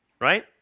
Right